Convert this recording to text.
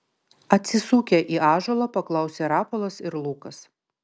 atsisukę į ąžuolą paklausė rapolas ir lukas